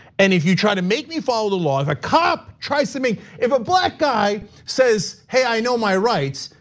and if you try to make me follow the law, if a cop tries to make me, if a black guy says, hey, i know my rights,